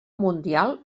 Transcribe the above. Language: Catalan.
mundial